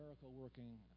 working